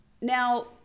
Now